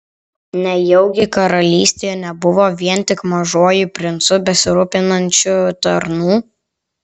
nejaugi karalystėje nebuvo vien tik mažuoju princu besirūpinančių tarnų